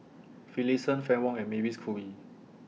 Finlayson Fann Wong and Mavis Khoo Oei